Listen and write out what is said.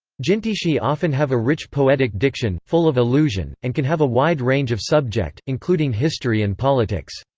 jintishi often have a rich poetic diction, full of allusion, and can have a wide range of subject, including history and politics.